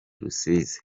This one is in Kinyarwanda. rusizi